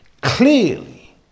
clearly